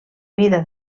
vida